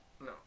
No